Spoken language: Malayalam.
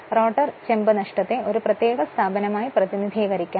റോട്ടർ ചെമ്പ് നഷ്ടത്തെ ഒരു പ്രത്യേക സ്ഥാപനമായി പ്രതിനിധീകരിക്കാൻ